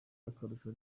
akarusho